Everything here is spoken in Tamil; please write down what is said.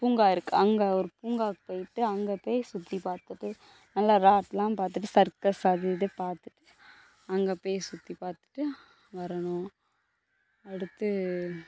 பூங்கா இருக்குது அங்கே ஒரு பூங்காவுக்கு போய்ட்டு அங்கே போய் சுத்திப்பார்த்துட்டு நல்லா ராட்லாம் பார்த்துட்டு சர்க்கஸ் அது இது பார்த்துட்டு அங்கே போய் சுத்திப்பார்த்துட்டு வரணும் அடுத்து